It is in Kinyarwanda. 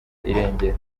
irengero